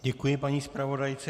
Děkuji paní zpravodajce.